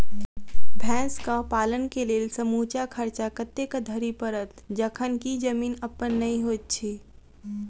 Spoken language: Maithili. भैंसक पालन केँ लेल समूचा खर्चा कतेक धरि पड़त? जखन की जमीन अप्पन नै होइत छी